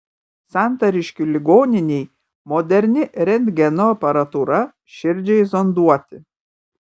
santariškių ligoninei moderni rentgeno aparatūra širdžiai zonduoti